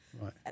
Right